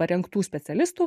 parengtų specialistų